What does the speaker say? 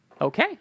Okay